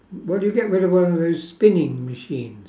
what do you get rid of one of those spinning machines